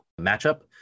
matchup